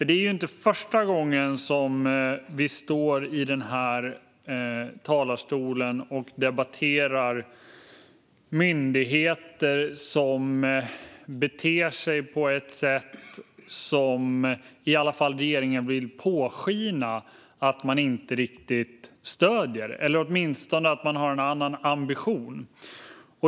Det är inte första gången vi står i dessa talarstolar och debatterar myndigheter som beter sig på ett sätt som regeringen vill påskina att man inte riktigt stöder - eller åtminstone att man har en annan ambition.